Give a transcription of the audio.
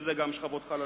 שגם זה שכבות חלשות,